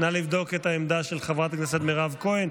נא לבדוק את העמדה של חברת הכנסת מירב כהן.